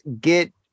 get